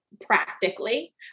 practically